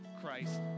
Christ